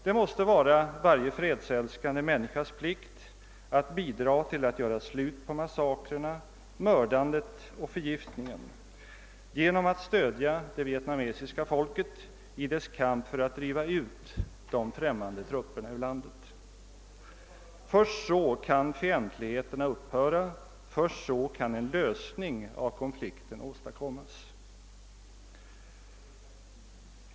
Det måste vara varje fredsälskande människas plikt att bidra till att göra slut på massakrerna, mördandet och förgiftningen genom att stödja det vietnamesiska folket i dess kamp för att driva ut de främmande trupperna ur landet. Först så kan fientligheterna upphöra, först så kan en lösning av konflikten åstadkommas.